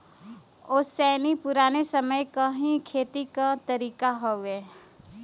ओसैनी पुराने समय क ही खेती क तरीका हउवे